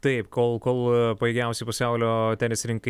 taip kol kol pajėgiausi pasaulio tenisininkai